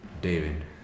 David